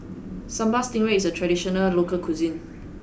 sambal stingray is a traditional local cuisine